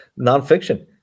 nonfiction